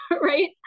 right